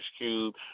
Cube